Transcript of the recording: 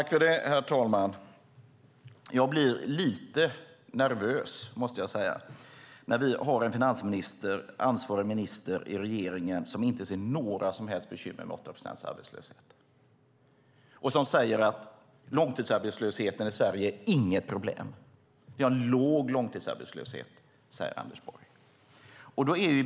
Herr talman! Jag blir lite nervös när vi har en finansminister, ansvarig minister i regeringen, som inte ser några som helst bekymmer med 8 procents arbetslöshet och säger att långtidsarbetslösheten i Sverige inte är något problem. Vi har låg långtidsarbetslöshet, säger Anders Borg. Herr talman!